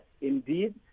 indeed